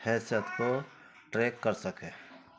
حیثیت کو ٹریک کر سکیں